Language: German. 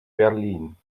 berlin